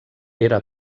era